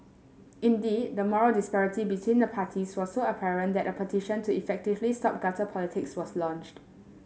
indeed the moral disparity between the parties was so apparent that a petition to effectively stop gutter politics was launched